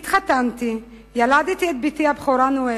התחתנתי, ילדתי את בתי הבכורה, נואל,